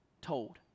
told